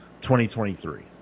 2023